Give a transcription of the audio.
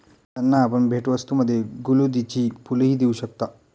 त्यांना आपण भेटवस्तूंमध्ये गुलौदीची फुलंही देऊ शकता